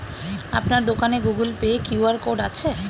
আপনার দোকানে Google Pay QR code আছে?